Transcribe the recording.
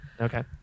Okay